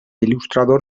il·lustrador